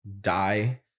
die